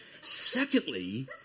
Secondly